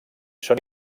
són